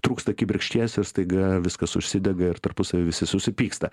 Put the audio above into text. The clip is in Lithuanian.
trūksta kibirkšties ir staiga viskas užsidega ir tarpusavy visi susipyksta